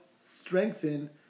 strengthen